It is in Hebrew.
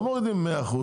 לא מורידים 100%,